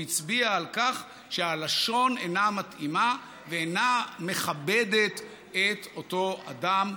הוא הצביע על כך שהלשון אינה מתאימה ואינה מכבדת את אותו אדם,